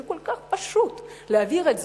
שכל כך פשוט להעביר את זה,